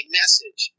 message